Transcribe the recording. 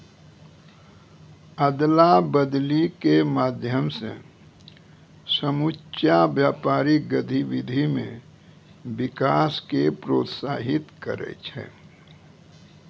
अदला बदली के माध्यम से समुच्चा व्यापारिक गतिविधि मे विकास क प्रोत्साहित करै छै